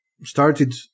started